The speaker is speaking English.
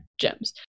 gems